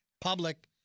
Public